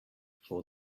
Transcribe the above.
for